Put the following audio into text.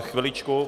Chviličku.